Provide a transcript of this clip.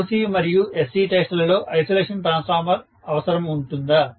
OC మరియు SC test లలో isolation transformer అవసరము ఉంటుందా